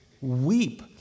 Weep